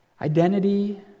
identity